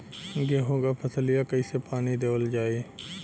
गेहूँक फसलिया कईसे पानी देवल जाई?